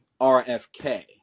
RFK